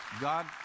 God